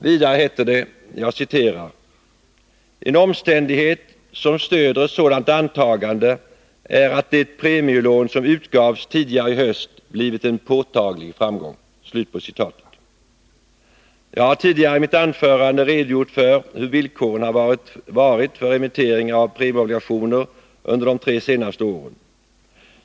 Vidare heter det: ”En omständighet som stöder ett sådant antagande är att det premielån som utgavs tidigare i höst blivit en påtaglig framgång.” Jag har tidigare i mitt anförande redogjort för hur villkoren har varit för emittering av premieobligationer under de tre senaste åren.